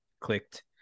clicked